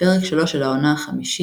בפרק 3 של העונה החמישית